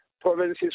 provinces